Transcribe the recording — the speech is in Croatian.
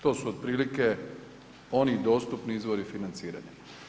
To su otprilike oni dostupni izvori financiranja.